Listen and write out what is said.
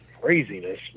craziness